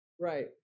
right